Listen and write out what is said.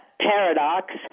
paradox